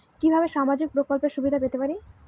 কিভাবে সামাজিক প্রকল্পের সুবিধা পেতে পারি?